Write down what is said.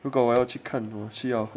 如果我要去看戏啊